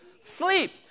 Sleep